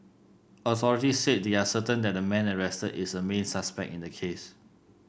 authorities said they are certain that the man arrested is a main suspect in the case